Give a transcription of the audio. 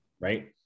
right